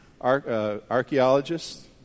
archaeologists